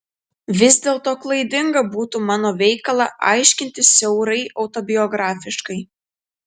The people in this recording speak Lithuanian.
vis dėlto klaidinga būtų mano veikalą aiškinti siaurai autobiografiškai